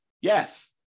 Yes